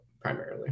primarily